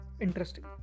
Interesting